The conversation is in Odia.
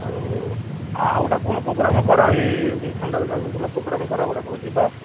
ଆଉ ଆଉ ଗୋଟିଏ କ'ଣ ପ୍ରୋଗ୍ରାମ୍ କର ଏ ଥଣ୍ଡା ଦିନିଆ କେଉଁଦିନ ପ୍ରୋଗ୍ରାମ୍ କର ଗୋଟେ କେଉଁଦିନ ଯିବା